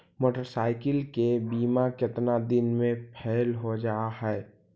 Motorcycle के बिमा केतना दिन मे फेल हो जा है?